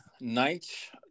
night